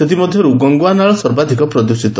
ସେଥିମଧ୍ୟରୁ ଗଙ୍ଗୁଆ ନାଳ ସର୍ବାଧକ ପ୍ରଦୂଷିତ